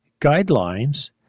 guidelines